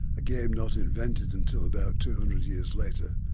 a game not invented until about two hundred years later,